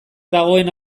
dagoen